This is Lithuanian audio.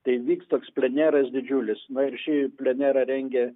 tai vyks toks pleneras didžiulius na ir šį plenerą rengė